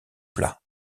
plat